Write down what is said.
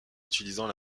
utilisant